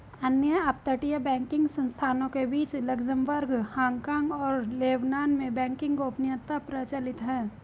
अन्य अपतटीय बैंकिंग संस्थानों के बीच लक्ज़मबर्ग, हांगकांग और लेबनान में बैंकिंग गोपनीयता प्रचलित है